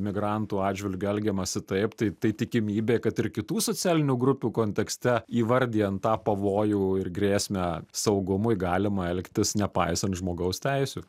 migrantų atžvilgiu elgiamasi taip tai tai tikimybė kad ir kitų socialinių grupių kontekste įvardijant tą pavojų ir grėsmę saugumui galima elgtis nepaisant žmogaus teisių